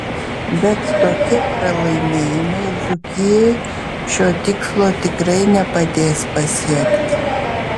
bet tokie pralaimėjimai dzūkijai šio tikslo tikrai nepadės pasiekti